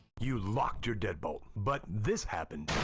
you locked your deadbolt, but this happened.